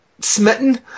Smitten